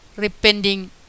Repenting